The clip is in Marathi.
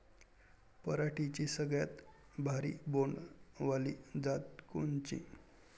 पराटीची सगळ्यात भारी बोंड वाली जात कोनची?